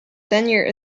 tenure